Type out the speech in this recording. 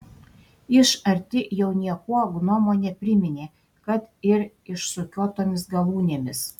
iš arti jau niekuo gnomo nepriminė kad ir išsukiotomis galūnėmis